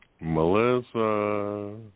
Melissa